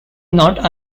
not